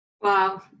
Wow